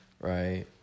right